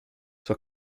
zwar